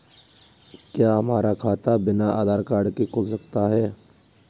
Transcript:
क्या हमारा खाता बिना आधार कार्ड के खुल सकता है?